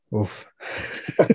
Oof